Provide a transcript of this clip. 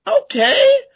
Okay